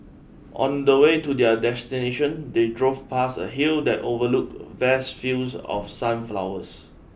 on the way to their destination they drove past a hill that overlooked vast fields of sunflowers